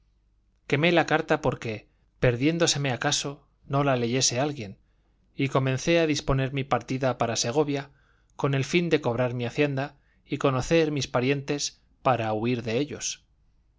quemé la carta porque perdiéndoseme acaso no la leyese alguien y comencé a disponer mi partida para segovia con fin de cobrar mi hacienda y conocer mis parientes para huir de ellos